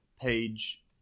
page